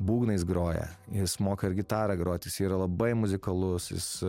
būgnais groja jis moka ir gitara groti jis yra labai muzikalus jis